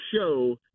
show